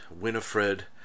Winifred